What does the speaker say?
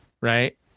right